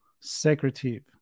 secretive